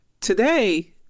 today